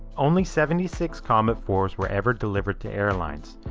only seventy six comet four s were ever delivered to airlines.